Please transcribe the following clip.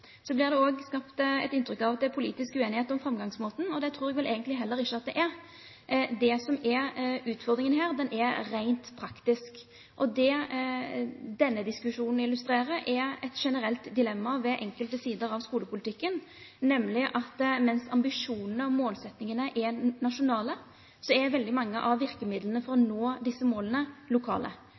at det er. Det som er utfordringen her, er rent praktisk. Det denne diskusjonen illustrerer, er et generelt dilemma ved enkelte sider av skolepolitikken, nemlig at mens ambisjonene og målsettingene er nasjonale, er veldig mange av virkemidlene for å nå disse målene lokale.